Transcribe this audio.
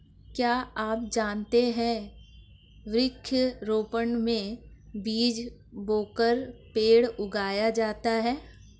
क्या आप जानते है वृक्ष रोपड़ में बीज बोकर पेड़ उगाया जाता है